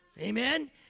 Amen